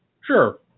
Sure